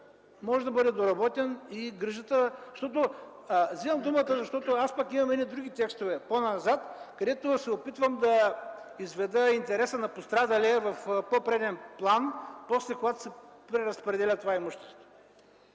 може да бъде доработен и грижата... Вземам думата, защото по-назад имам други текстове, където се опитвам да изведа интереса на пострадалия в по-преден план, когато после се преразпределя това имущество.